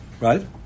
right